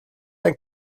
ein